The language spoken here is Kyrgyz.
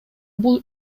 бул